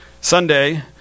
Sunday